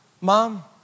Mom